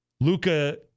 Luca